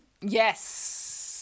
Yes